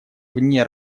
вне